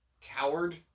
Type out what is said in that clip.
coward